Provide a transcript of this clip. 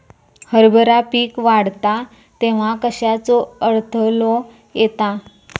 हरभरा पीक वाढता तेव्हा कश्याचो अडथलो येता?